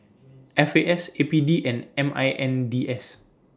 F A S A P D and M I N D S